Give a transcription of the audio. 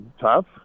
tough